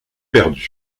perdus